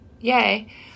Yay